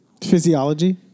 physiology